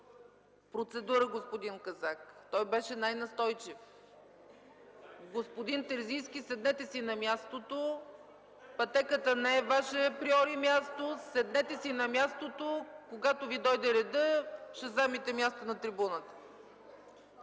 процедура господин Казак – той беше най настойчив. Господин Терзийски, седнете си на мястото – пътеката не е Ваше априори място! Седнете си на мястото – когато Ви дойде редът, ще заеме място на трибуната!